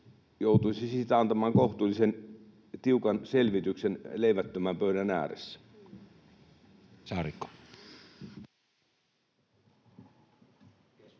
joutuisi siitä antamaan kohtuullisen tiukan selvityksen leivättömän pöydän ääressä. [Arja Juvonen: